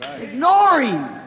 Ignoring